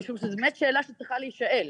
משום שזו באמת שאלה שצריכה להישאל.